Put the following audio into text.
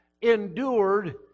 endured